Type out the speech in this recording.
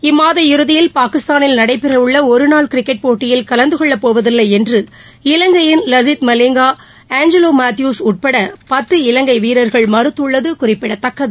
இம்மாத இறுதியில் பாகிஸ்தானில் நடைபெறவுள்ள ஒருநாள் கிரிக்கெட் போட்டியில் கலந்து கொள்ளப்போவதில்லை என்று இலங்கையின் லஸித் மலிங்கா ஆஞ்சலோ மாத்யுஸ் உட்பட பத்து இலங்கை வீரர்கள் மறுத்துள்ளது குறிப்பிடத்தக்கது